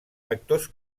actors